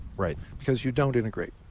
right. because you don't integrate.